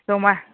जमा